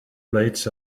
plates